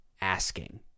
asking